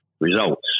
results